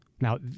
Now